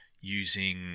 using